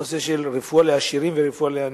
הנושא של רפואה לעשירים ורפואה לעניים.